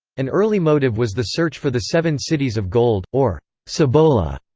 an early motive was the search for the seven cities of gold, or cibola,